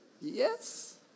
Yes